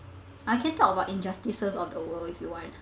I can talk about injustices of the world if you want